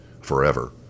forever